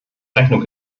rechnung